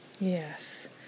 yes